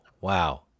wow